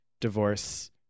divorce